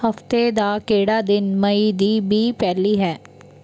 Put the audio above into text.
ਹਫ਼ਤੇ ਦਾ ਕਿਹੜਾ ਦਿਨ ਮਈ ਦੀ ਵੀ ਪਹਿਲੀ ਹੈ